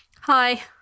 Hi